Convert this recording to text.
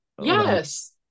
yes